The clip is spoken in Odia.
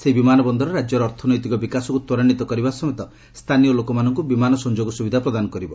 ସେହି ବିମାନ ବନ୍ଦର ରାଜ୍ୟର ଅର୍ଥନୈତିକ ବିକାଶକୁ ତ୍ୱରାନ୍ୱିତ କରିବା ସମେତ ସ୍ଥାନୀୟ ଲୋକମାନଙ୍କୁ ବିମାନ ସଂଯୋଗ ସୁବିଧା ପ୍ରଦାନ କରିବ